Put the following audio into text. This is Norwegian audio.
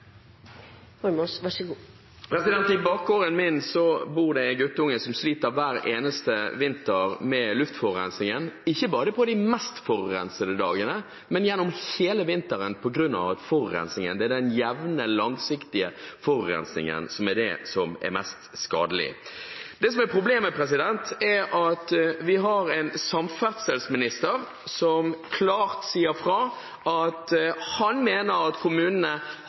guttunge som sliter med luftforurensningen hver eneste vinter, ikke bare på dagene med mest forurensning, men gjennom hele vinteren. Det er den jevne, langsiktige forurensningen som er mest skadelig. Problemet er at vi har en samferdselsminister som sier klart fra at han mener kommunene har de tiltakene de trenger for å gjøre noe med dette, og at